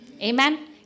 Amen